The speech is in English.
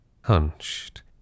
Hunched